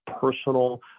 personal